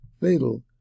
fatal